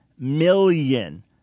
Million